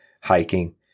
hiking